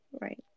Right